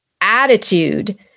attitude